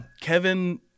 Kevin